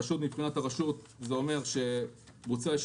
חשוד מבחינת הרשות זה אומר שבוצעה איזו